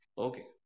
Okay